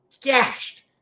Gashed